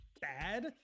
bad